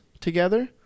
together